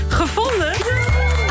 gevonden